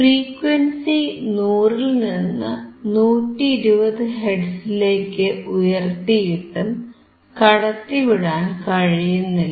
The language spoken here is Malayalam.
ഫ്രീക്വൻസി 100ൽനിന്ന് 120 ഹെർട്സിലേക്ക് ഉയർത്തിയിട്ടും കടത്തിവിടാൻ കഴിയുന്നില്ല